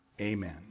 amen